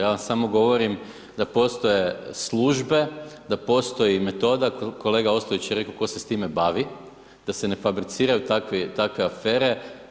Ja samo govorim da postoje službe, da postoji metoda, kolega Ostojić je rekao tko se s time bavi da se ne fabriciraju takve afere.